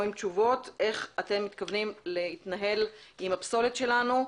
עם תשובות איך אתם מתכוונים להתנהל עם הפסולת שלנו.